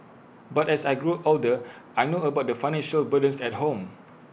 but as I grew older I know about the financial burdens at home